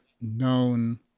known